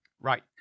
Right